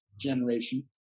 generation